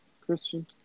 Christian